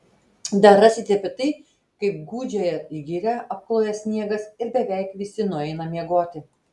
dar rasite apie tai kaip gūdžiąją girią apkloja sniegas ir beveik visi nueina miegoti